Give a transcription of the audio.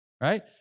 right